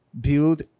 build